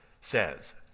says